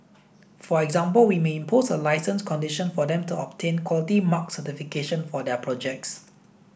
for example we may impose a licence condition for them to obtain Quality Mark certification for their projects